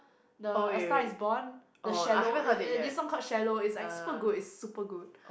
the a Star Is Born the Shallow uh uh this song called Shallow it's like super good it's super good